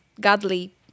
godly